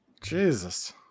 Jesus